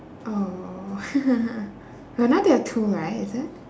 oh but now there're two right is it